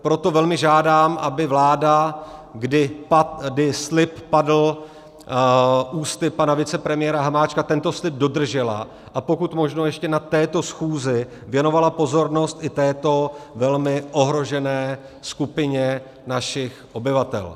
Proto velmi žádám, aby vláda, kdy slib padl ústy pana vicepremiéra Hamáčka, tento slib dodržela a pokud možno ještě na této schůzi věnovala pozornost i této velmi ohrožené skupině našich obyvatel.